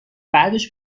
بعدش